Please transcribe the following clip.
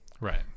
Right